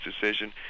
decision